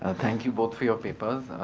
ah thank you both for your papers.